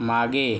मागे